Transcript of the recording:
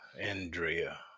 Andrea